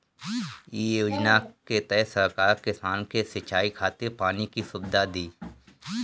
इ योजना के तहत सरकार किसान के सिंचाई खातिर पानी के सुविधा दी